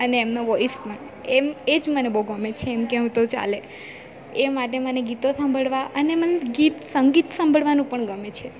અને એમનો વોઈસ પણ એમ એ જ મને બહુ ગમે છે એમ કેવ તો ચાલે એ માટે મને ગીતો સાંભળવા અને મને ગીત સંગીત સાંભળવાનું પણ ગમે છે